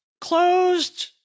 Closed